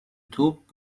توپ